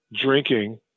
drinking